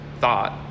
thought